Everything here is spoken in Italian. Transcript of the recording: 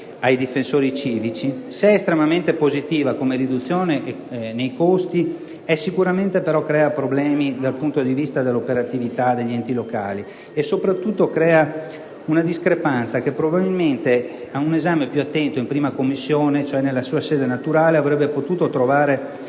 dei difensori civici), se estremamente positivo in termini di riduzione dei costi, sicuramente crea però problemi dal punto di vista dell'operatività degli enti locali e, soprattutto, determina una discrepanza che probabilmente ad un esame più attento in 1a Commissione, cioè nella sua sede naturale, avrebbe potuto trovare